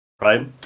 right